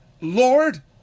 Lord